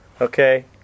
Okay